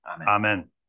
Amen